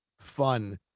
fun